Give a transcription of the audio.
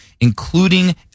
including